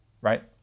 right